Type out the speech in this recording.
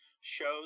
shows